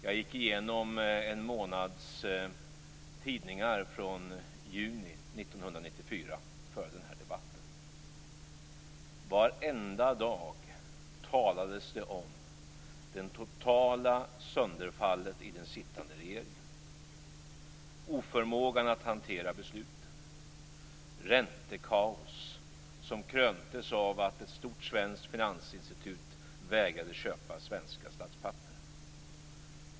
Jag gick igenom en månads tidningar från juni 1994 innan den här debatten. Varenda dag talades det om det totala sönderfallet i den sittande regeringen, om oförmågan att hantera besluten och om räntekaos som kröntes av att ett stort svenskt finansinstitut vägrade köpa svenska statspapper.